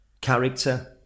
character